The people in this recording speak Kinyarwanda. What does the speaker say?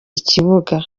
ikibuga